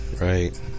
Right